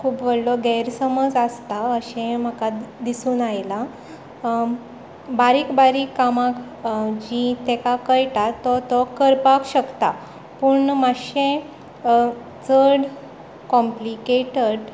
खूब व्हडलो गैरसमज आसता अशें म्हाका दिसून आयलां बारीक बारीक कामां जीं ताका कळटात तो करपाक शकता पूण मातशें चड कॉम्प्लिकेटेड